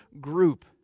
group